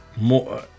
more